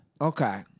Okay